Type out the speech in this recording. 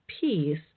piece